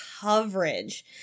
coverage